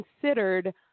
considered